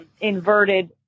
inverted